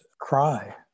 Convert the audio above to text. cry